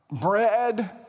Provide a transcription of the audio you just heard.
bread